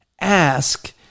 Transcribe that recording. Ask